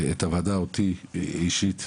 את הוועדה, אותי אישית,